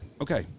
Okay